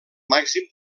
màxim